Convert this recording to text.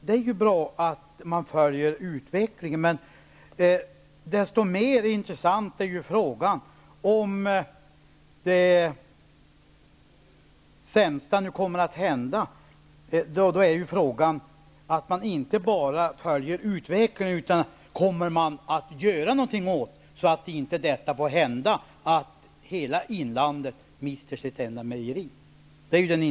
Det är ju bra att man följer utvecklingen, men om nu det sämsta händer, är den intressanta frågan i sammanhanget: Kommer man att göra någonting för att förhindra att hela inlandet mister sitt enda mejeri?